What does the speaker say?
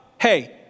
Hey